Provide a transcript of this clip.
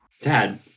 Dad